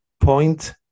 point